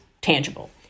Tangible